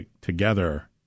together